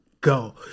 go